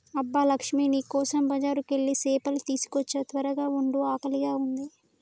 అబ్బ లక్ష్మీ నీ కోసం బజారుకెళ్ళి సేపలు తీసుకోచ్చా త్వరగ వండు ఆకలిగా ఉంది